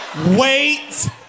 Wait